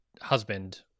husband